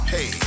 Hey